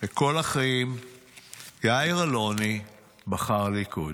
כל החיים יאיר אלוני בחר ליכוד.